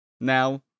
now